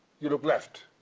you look left,